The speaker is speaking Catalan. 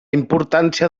importància